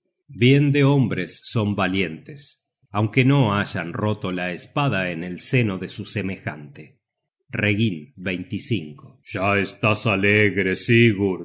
bien de hombres son valientes aunque no hayan roto la espada en el seno de su semejante reginn ya estás